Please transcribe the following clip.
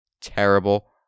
terrible